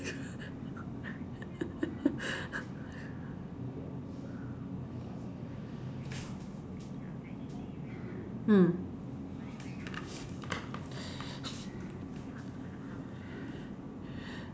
mm